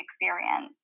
experience